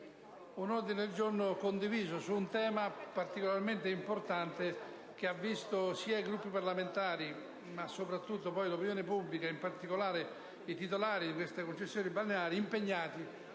un ordine del giorno condiviso su un tema particolarmente importante, che ha visto i Gruppi parlamentari, ma in particolare l'opinione pubblica ed i titolari di queste concessioni balneari, impegnati